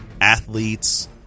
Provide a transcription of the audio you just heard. athletes